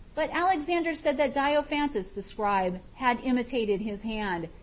but alexander said that diophantus the scribe had imitated his hand,